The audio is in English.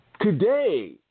Today